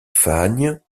fagnes